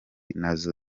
nazo